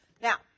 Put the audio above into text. Now